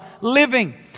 living